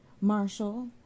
Marshall